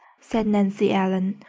said nancy ellen,